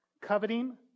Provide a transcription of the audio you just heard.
Coveting